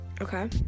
okay